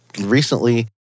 recently